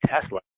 Tesla